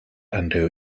undo